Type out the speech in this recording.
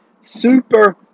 super